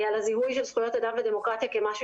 על הזיהוי של זכויות אדם לדמוקרטיה כמשהו